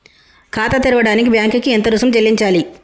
ఖాతా తెరవడానికి బ్యాంక్ కి ఎంత రుసుము చెల్లించాలి?